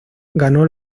ganó